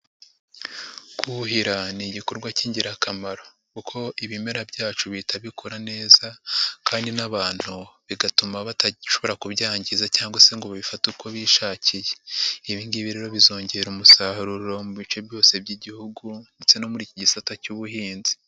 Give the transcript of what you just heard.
Kuhira ni igikorwa cy'ingirakamaro kuko ibimera byacubi hita bikura neza kandi n'abantu bigatuma badashobora kubyangiza cyangwa se ngo babifate uko bishakiye, ibi ngibi rero bizongera umusaruroro mu bice byose by'igihugu ndetse no muri iki gisata cy'ubuhinzi.